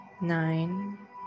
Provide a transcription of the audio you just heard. nine